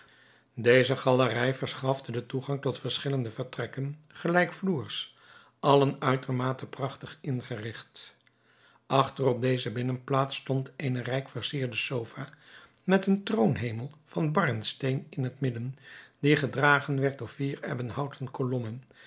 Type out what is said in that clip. deze galerij verschafte den toegang tot verschillende vertrekken gelijkvloers allen uitermate prachtig ingerigt achter op deze binnenplaats stond eene rijk versierde sofa met een troonhemel van barnsteen in het midden die gedragen werd door vier ebbenhouten kolommen